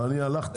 אבל אני הלכתי.